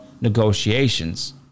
negotiations